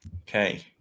Okay